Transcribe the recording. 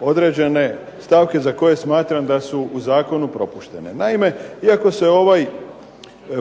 određene stavke za koje smatram da su u zakonu propuštene. Naime, iako se ovaj